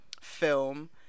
film